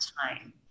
time